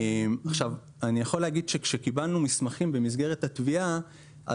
אני יכול להגיד שכאשר קיבלנו מסמכים במסגרת התביעה,